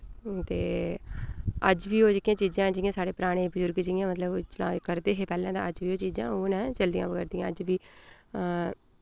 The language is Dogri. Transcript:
ते अज्ज बी ओह् जेह्कियां चीजां हैन जि'यां साढ़े पराने बुजुर्ग जि'यां मतलब चलाऽ करदे हे पैह्लें तां ओह् चीजां उ'ऐ नेह् चलदी आवै करदियां अज्ज वि